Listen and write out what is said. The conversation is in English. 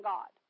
God